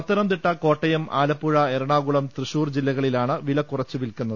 പത്തനംതിട്ട കോട്ടയം ആലപ്പുഴ എറണാകളും തൃശൂർ ജില്ലകളിലാണ് വില കുറച്ച് വിൽക്കുന്നത്